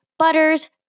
butters